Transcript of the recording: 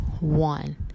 one